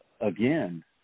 again